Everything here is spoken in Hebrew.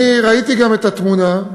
אני ראיתי את התמונה,